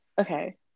Okay